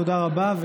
תודה רבה.